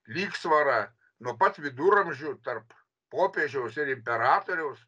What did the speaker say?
lygsvara nuo pat viduramžių tarp popiežiaus ir imperatoriaus